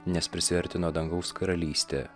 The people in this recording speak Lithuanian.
nes prisiartino dangaus karalystė